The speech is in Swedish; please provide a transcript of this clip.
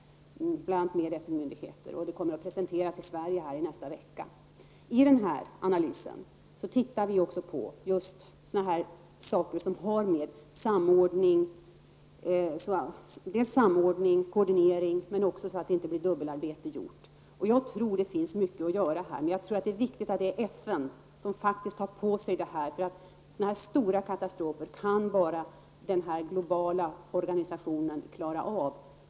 Statssekreteraren för utvecklingsfrågor är i denna vecka i New York och Washington för att diskutera dessa frågor bl.a. med FN-myndigheter. Resultatet kommer att presenteras i Sverige nästa vecka. Jag tror att det finns mycket att göra här. Men jag tror också att det är viktigt att framhålla att det faktiskt är FN som tar på sig arbetet. Katastrofer av denna storlek kan bara en global organisation klara av.